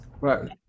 Right